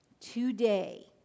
today